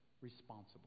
responsible